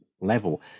level